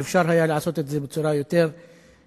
היא שאפשר היה לעשות את זה בצורה יותר מסודרת,